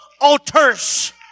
altars